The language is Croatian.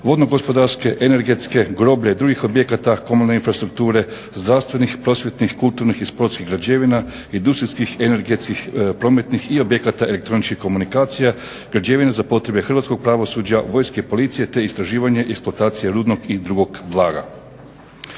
vodno-gospodarske, energetske, groblja i drugih objekata komunalne infrastrukture, zdravstvenih, prosvjetnih, kulturnih i sportskih građevina, industrijskih, energetskih, prometnih i objekata elektronički komunikacija, građevina za potrebe hrvatskog pravosuđa, vojske i policije te istraživanje, eksploatacija rudnog i drugog blaga.